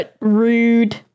Rude